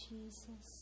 Jesus